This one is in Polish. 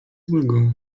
złego